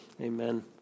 Amen